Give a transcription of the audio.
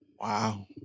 Wow